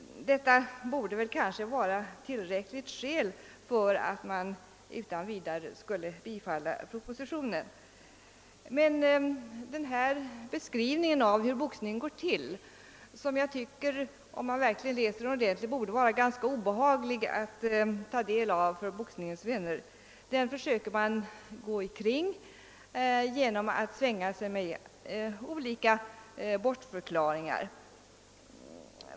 Detta borde vara tillräckligt skäl för att utan vidare bifalla propositionen. Men denna beskrivning av hur boxningen går till — som jag tycker borde vara ganska obehaglig för boxningens vänner, om de läser den ordentligt — försöker man gå förbi genom att svänga sig med olika bortförklaringar.